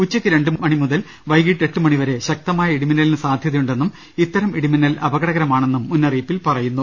ഉച്ചയ്ക്ക് രണ്ടുമണി മുതൽ വൈകിട്ട് എട്ടുമണി വരെ ശക്തമായ ഇടിമിന്നലിന് സാധ്യതയുണ്ടെന്നും ഇത്തരം ഇടി മിന്നൽ അപകടകരമാണെന്നും മുന്നറിയിപ്പിൽ പറയുന്നു